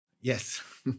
Yes